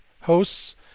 hosts